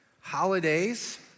holidays